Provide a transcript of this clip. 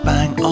Bang